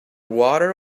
water